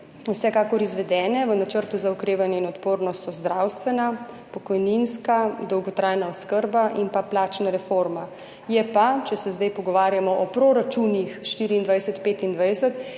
vsekakor izvedene. V Načrtu za okrevanje in odpornost so zdravstvena, pokojninska, dolgotrajna oskrba in plačna reforma. Je pa, če se zdaj pogovarjamo o proračunih za leti